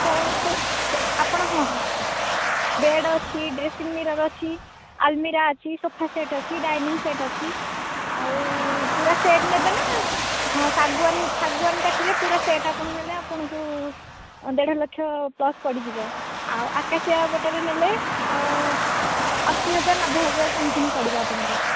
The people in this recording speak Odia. କେଉଁ କେଉଁ ଆପଣ ହଁ ବେଡ଼୍ ଅଛି ଡ୍ରେସିଙ୍ଗ୍ ମିରର୍ ଅଛି ଆଲମିରା ଅଛି ସୋଫା ସେଟ୍ ଅଛି ଡାଇନିଙ୍ଗ୍ ସେଟ୍ ଅଛି ଆଉ ପୁରା ସେଟ୍ ନେବେ ନା ହଁ ଶାଗୁଆନ ଶାଗୁଆନ କାଠରେ ପୁରା ସେଟ୍ ଆପଣ ନେଲେ ଆପଣଙ୍କୁ ଦେଢ଼ ଲକ୍ଷ ପ୍ଲସ୍ ପଡ଼ିଯିବ ଆଉ ଆକାଶିଆ ପଟାରେ ନେଲେ ଅ ଅଶୀ ହଜାର ନବେ ହଜାର ସମଥିଙ୍ଗ ପଡ଼ିବ ଆପଣଙ୍କୁ